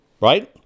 right